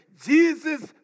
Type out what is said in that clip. Jesus